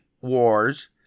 Wars